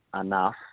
enough